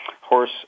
Horse